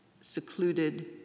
secluded